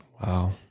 Wow